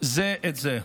זה את זה.